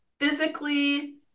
physically